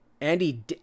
Andy